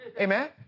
Amen